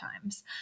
times